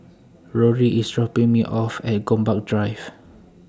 Rory IS dropping Me off At Gombak Drive